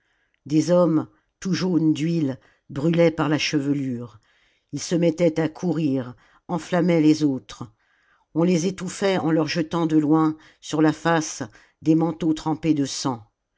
des hommes tout jaunes d'huile brûlaient par la chevelure ils se mettaient à courir enflammaient les autres on les étouffait en leur jetant de loin sur la face des manteaux trempés de sang